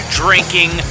drinking